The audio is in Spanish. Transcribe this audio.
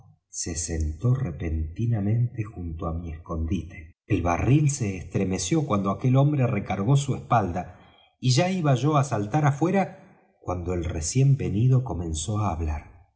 se sentó repentinamente junto á mi escondite el barril se estremeció cuando aquel hombre recargó su espalda y ya iba yo á saltar afuera cuando el recién venido comenzó á hablar